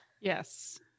Yes